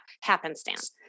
happenstance